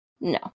No